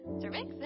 cervix